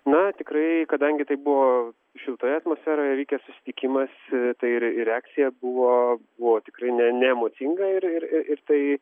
na tikrai kadangi tai buvo šiltoje atmosferoje vykęs susitikimas tai reakcija buvo buvo tikrai ne ne emocinga ir ir ir tai